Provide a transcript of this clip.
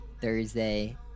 Thursday